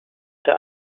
der